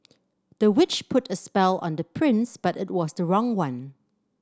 the witch put a spell on the prince but it was the wrong one